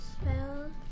Spell